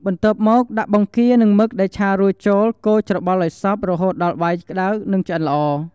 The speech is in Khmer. បន្ទាប់មក ដាក់បង្គានិងមឹកដែលឆារួចចូល កូរច្របល់ឱ្យសព្វ រហូតដល់បាយក្តៅ និងឆ្អិនល្អ។